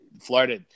Florida